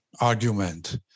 argument